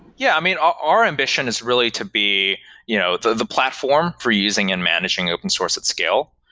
yeah. i mean, our ambition is really to be you know the the platform for using and managing open source at scale.